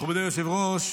מכובדי היושב-ראש,